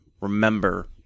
remember